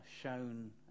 shown